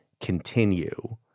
continue